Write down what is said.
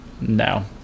No